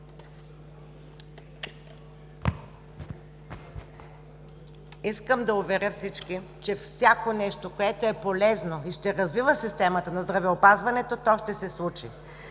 Искам да уверя всички, че всяко нещо, което е полезно и ще развива системата на здравеопазването, то ще се случи